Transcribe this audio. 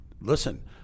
listen